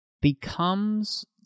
becomes